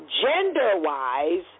gender-wise